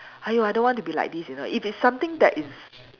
!aiyo! I don't want to be like this you know if it's something that is